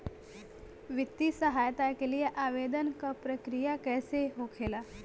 वित्तीय सहायता के लिए आवेदन क प्रक्रिया कैसे होखेला?